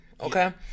Okay